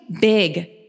big